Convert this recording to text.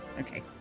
Okay